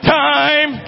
time